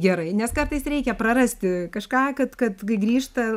gerai nes kartais reikia prarasti kažką kad kad kai grįžta